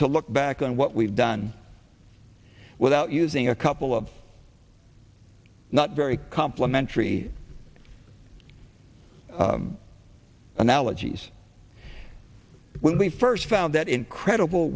to look back on what we've done without using a couple of not very complementary analogies when we first found that incredible